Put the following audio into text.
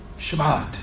Shabbat